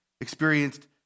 experienced